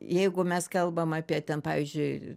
jeigu mes kalbam apie ten pavyzdžiui